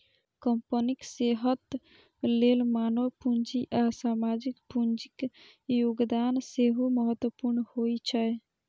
कंपनीक सेहत लेल मानव पूंजी आ सामाजिक पूंजीक योगदान सेहो महत्वपूर्ण होइ छै